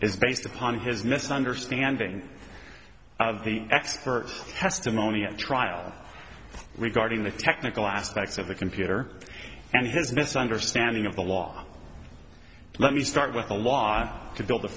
is based upon his misunderstanding of the expert testimony at trial regarding the technical aspects of the computer and his misunderstanding of the law let me start with the law to build